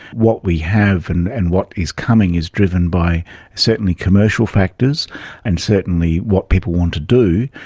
what we have and and what is coming is driven by certainly commercial factors and certainly what people want to do,